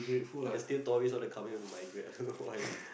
and still tourists wanna come in to migrate I don't know why